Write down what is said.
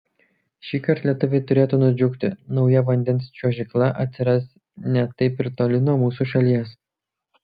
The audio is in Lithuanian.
šįkart lietuviai turėtų nudžiugti nauja vandens čiuožykla atsiras ne taip ir toli nuo mūsų šalies